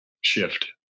shift